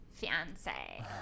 fiance